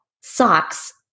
socks